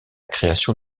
création